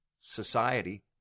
society